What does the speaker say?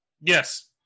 yes